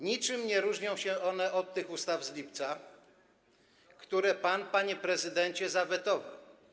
Niczym nie różnią się one od tych ustaw z lipca, które pan, panie prezydencie, zawetował.